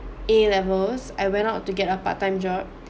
A levels I went out to get a part time job